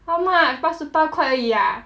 how much 八十八块而已 ah